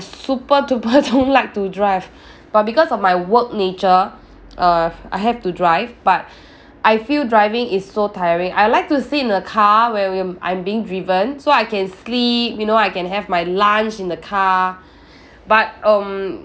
super duper don't like to drive but because of my work nature uh I have to drive but I feel driving is so tiring I like to sit in the car where I'm I'm being driven so I can sleep you know I can have my lunch in the car but um